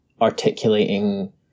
articulating